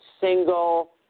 single